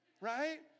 Right